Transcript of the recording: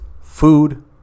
food